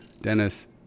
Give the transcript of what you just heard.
Dennis